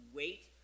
wait